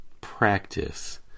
practice